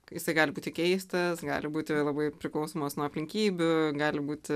jisai gali būti keistas gali būti labai priklausomos nuo aplinkybių gali būti